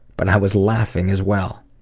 but i was laughing as well.